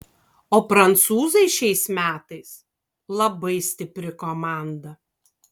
o prancūzai šiais metais labai stipri komanda